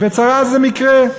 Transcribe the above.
"וצרה זו נקרה"